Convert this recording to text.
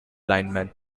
lineman